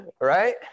Right